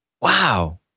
Wow